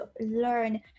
learn